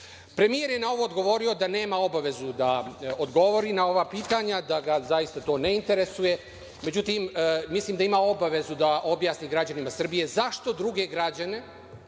vi“.Premijer je na ovo odgovorio da nema obavezu da odgovori na ova pitanja, da ga to zaista ne interesuje, međutim, da ima obavezu da objasni građanima Srbije zašto druge građane